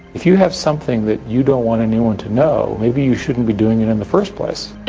if you have something that you don't want anyone to know, maybe you shouldn't be doing it in the first place.